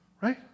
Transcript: right